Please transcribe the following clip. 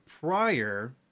prior